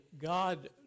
God